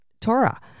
Torah